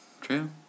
True